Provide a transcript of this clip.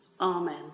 Amen